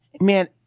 man